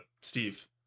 Steve